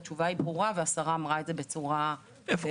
אז התשובה היא ברורה והשרה אמרה את זה בצורה נכונה.